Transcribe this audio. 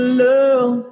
love